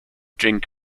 drink